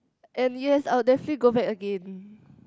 and yes I'll definitely go back again